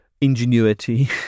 ingenuity